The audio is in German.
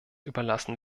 überlassen